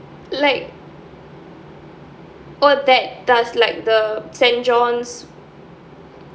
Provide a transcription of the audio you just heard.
like oh that does like the st john's